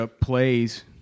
plays